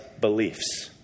beliefs